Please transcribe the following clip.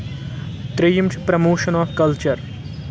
ترٛیٚیِم چھُ promotion of culture